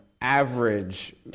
average